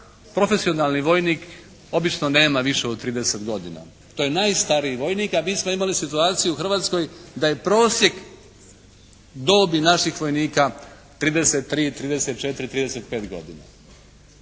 profesionalni vojnik obično nema više od 30 godina. To je najstariji vojnik. A mi smo imali situaciju u Hrvatskoj da je prosjek dobi naših vojnika 33, 34, 35 godina.